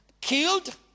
killed